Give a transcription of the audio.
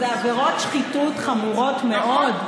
אני מזכירה, אלה עבירות שחיתות חמורות מאוד.